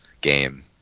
game